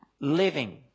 living